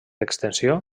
extensió